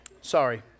sorry